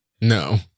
No